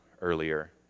earlier